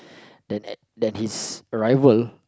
than at than his rival